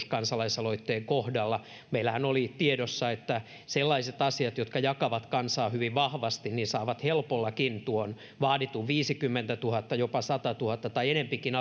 kansalaisaloitteen kohdalla meillähän oli tiedossa että sellaiset asiat jotka jakavat kansaa hyvin vahvasti saavat allekirjoituksia helpollakin tuon vaaditun viisikymmentätuhatta jopa satatuhatta tai enempikin